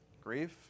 grief